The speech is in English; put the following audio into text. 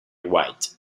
white